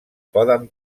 poden